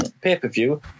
pay-per-view